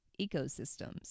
ecosystems